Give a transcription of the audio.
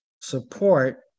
support